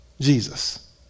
Jesus